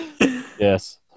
Yes